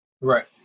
Right